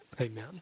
Amen